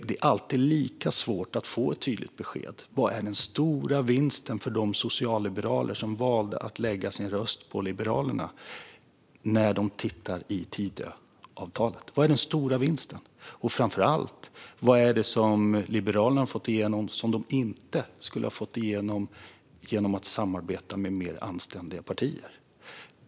Det är alltid svårt att få ett tydligt besked. Vad är den stora vinsten för de socialliberaler som valde att lägga sin röst på Liberalerna när de tittar i Tidöavtalet? Och framför allt, vad har Liberalerna fått igenom som de inte hade fått igenom i ett samarbete med mer anständiga partier?